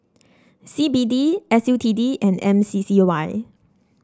C B D S U T D and M C C Y